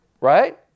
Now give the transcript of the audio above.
Right